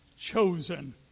chosen